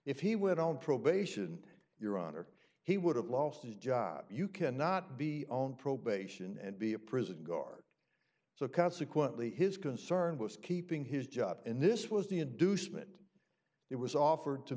if he went on probation your honor he would have lost his job you cannot be own probation and be a prison guard so consequently his concern was keeping his job and this was the inducement it was offered to